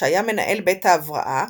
שהיה מנהל בית ההבראה,